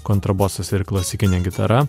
kontrabosas ir klasikinė gitara